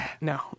no